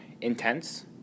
intense